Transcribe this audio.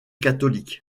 catholique